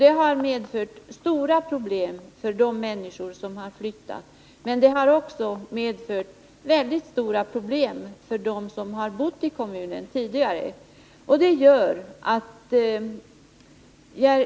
Det har medfört stora problem för dem, vilket också var fallet för dem som tidigare bodde i kommunen.